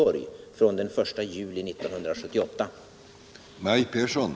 Om handikappades möjligheter till cirkelstudier